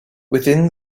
within